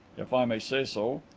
if i may say so.